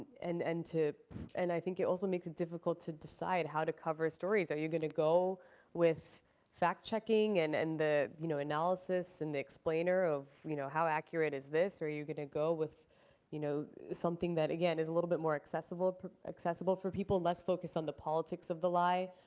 and and to and i think it also makes it difficult to decide how to cover stories. are you going to go with fact-checking, and and the you know analysis, and the explainer of you know how accurate is this? or are you going to go with you know something that, again, is a little bit more accessible accessible for people, less focused on the politics of the lie?